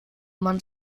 man